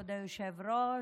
כבוד היושב-ראש.